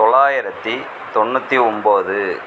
தொள்ளாயிரத்தி தொண்ணூற்றி ஒம்பது